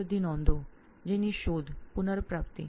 ઘણી બધી નોંધો જેથી શોધ પુનર્પ્રાપ્તિ